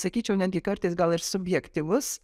sakyčiau netgi kartais gal ir subjektyvus